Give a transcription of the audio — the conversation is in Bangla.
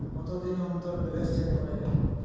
কতদিন অন্তর ব্যালান্স চেক করা য়ায়?